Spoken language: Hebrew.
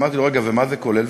אמרתי: רגע, מה זה כולל?